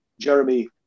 Jeremy